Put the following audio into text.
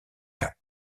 cap